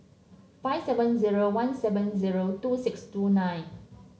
five seven zero one seven zero two six two nine